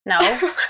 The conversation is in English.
No